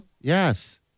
yes